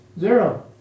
Zero